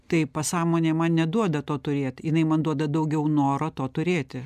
tai pasąmonė man neduoda to turėt jinai man duoda daugiau noro to turėti